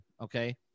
okay